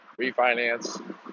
refinance